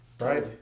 Right